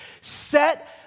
Set